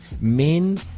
men